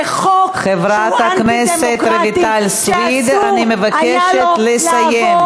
זה חוק, חברת הכנסת רויטל סויד, אני מבקשת לסיים.